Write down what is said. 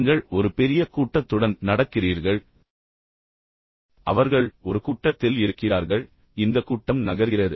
நீங்கள் ஒரு பெரிய கூட்டத்துடன் நடக்கிறீர்கள் அவர்கள் ஒரு கூட்டத்தில் இருக்கிறார்கள் இந்த கூட்டம் நகர்கிறது